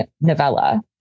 novella